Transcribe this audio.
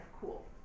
cool